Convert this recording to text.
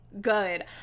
good